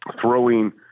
throwing